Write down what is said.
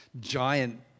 giant